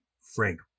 Frank